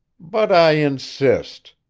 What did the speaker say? but i insist,